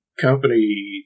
company